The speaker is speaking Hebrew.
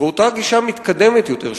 ואותה גישה מתקדמת יותר,